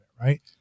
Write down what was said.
right